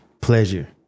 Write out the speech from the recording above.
Pleasure